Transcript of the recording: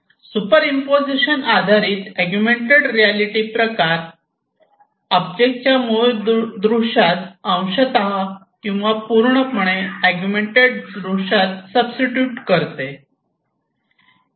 superimposition आधारित augmented reality प्रकार ऑब्जेक्टच्या मूळ दृश्यास अंशतः किंवा पूर्णपणे अगुमेन्टेड दृश्यात सबटीट्यूट करते